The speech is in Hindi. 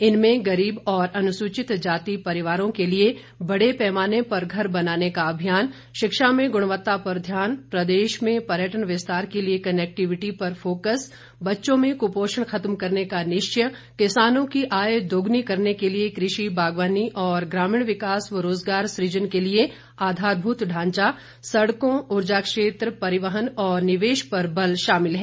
इनमें गरीब और अनुसूचित जाति परिवारों के लिए बड़े पैमाने पर घर बनाने का अभियान शिक्षा में गुणवत्ता पर ध्यान प्रदेश में पर्यटन विस्तार के लिए कनेक्टिविटी पर फोक्स बच्चों में कुपोषण खत्म करने का निश्चय किसानों की आय दोगुनी करने के लिए कृषि बागवानी और ग्रामीण विकास व रोजगार सृजन के लिए आधारभूत ढांचा सड़कों ऊर्जा क्षेत्र परिवहन और निवेश पर बल शामिल है